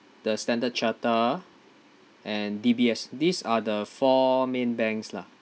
the standard chartered and D_B_S these are the four main banks lah